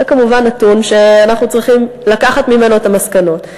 זה כמובן נתון שאנחנו צריכים לקחת ממנו את המסקנות.